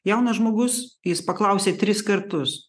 jaunas žmogus jis paklausė tris kartus